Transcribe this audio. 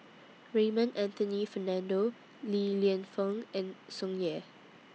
Raymond Anthony Fernando Li Lienfung and Tsung Yeh